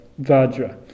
Vajra